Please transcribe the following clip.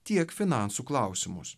tiek finansų klausimus